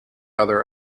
other